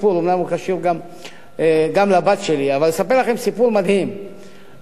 אומנם הוא קשור לבת שלי, אבל אני